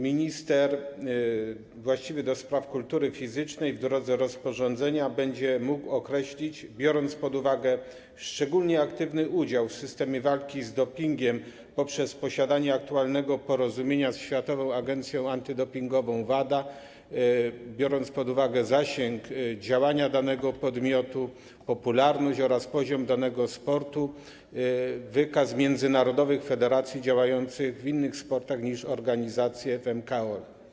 Minister właściwy do spraw kultury fizycznej w drodze rozporządzenia będzie mógł określić - biorąc pod uwagę szczególnie aktywny udział w systemie walki z dopingiem poprzez posiadanie aktualnego porozumienia ze Światową Agencją Antydopingową WADA, biorąc pod uwagę zasięg działania danego podmiotu, popularność oraz poziom danego sportu - wykaz międzynarodowych federacji działających w innych sportach niż organizacje w MKOl.